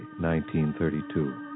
1932